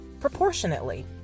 proportionately